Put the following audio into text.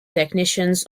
technicians